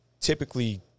Typically